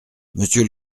monsieur